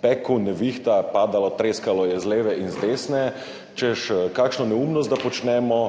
Pekel, nevihta, padalo, treskalo je z leve in z desne, češ, kakšno neumnost da počnemo.